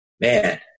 man